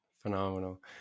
phenomenal